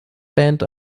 band